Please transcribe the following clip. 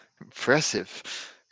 impressive